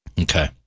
Okay